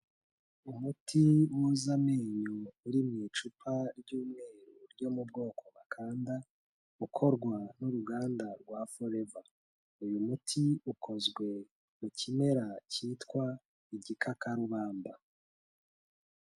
Umuti woza amenyo uri mu icupa ry'umweru ryo mu bwoko bakanda, ukorwa n'uruganda rwa Foreva, uyu muti ukozwe mu kimera cyitwa igikakarubamba.